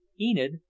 Enid